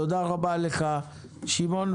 תודה רבה לך, שמעון.